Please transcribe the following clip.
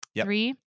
Three